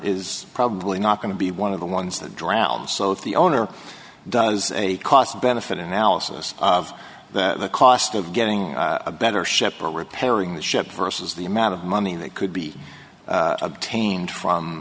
is probably not going to be one of the ones that drowned so if the owner does a cost benefit analysis of the cost of getting a better ship or repairing the ship versus the amount of money that could be obtained from